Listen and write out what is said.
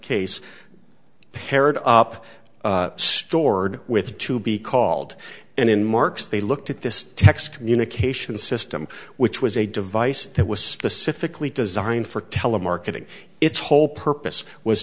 case paired up stored with to be called and in marks they looked at this text communication system which was a device that was specifically designed for telemarketing its whole purpose was